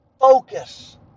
focus